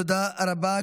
תודה רבה.